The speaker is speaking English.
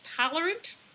tolerant